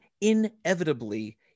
inevitably